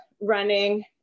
running